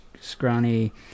scrawny